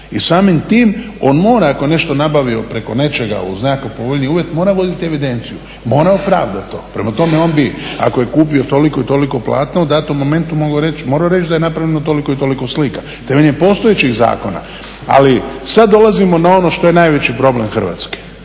I samim tim on mora ako je nešto nabavio preko nečega uz nekakav povoljniji uvjet, mora vodit evidenciju, mora opravdat to. Prema tome, on bi ako je kupio toliko i toliko platno u datom momentu morao reći da je napravljeno toliko i toliko slika, temeljem postojećih zakona. Ali sad dolazimo na ono što je najveći problem Hrvatske,